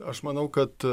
aš manau kad